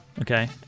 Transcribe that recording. okay